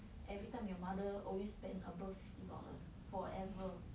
every time your mother always spend above fifty dollars forever